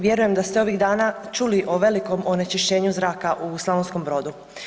Vjerujem da ste ovih dana čuli o velikom onečišćenju zraka u Slavonskom Brodu.